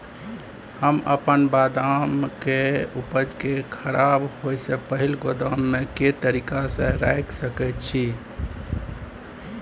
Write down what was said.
हम अपन बदाम के उपज के खराब होय से पहिल गोदाम में के तरीका से रैख सके छी?